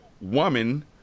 woman